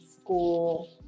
school